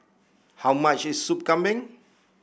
how much is Soup Kambing